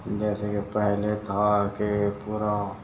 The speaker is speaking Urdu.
جیسے کہ پہلے تھا کہ پورا